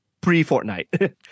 pre-Fortnite